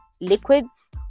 liquids